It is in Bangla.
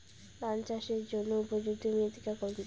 ধান চাষের জন্য উপযুক্ত মৃত্তিকা কোনটি?